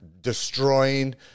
destroying